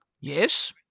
Yes